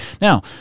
Now